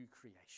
creation